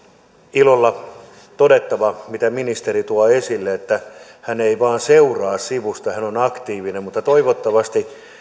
ilolla todettava miten ministeri tuo esille että hän ei vain seuraa sivusta hän on aktiivinen mutta toivottavasti